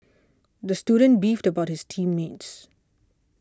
the student beefed about his team mates